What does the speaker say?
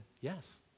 yes